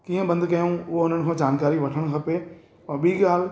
कीअं बंदि कयूं उहो हुननि खां जानकारी वठणु खपे ऐं ॿी ॻाल्हि